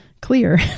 clear